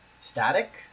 Static